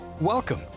Welcome